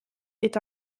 est